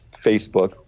facebook.